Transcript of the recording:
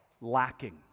lacking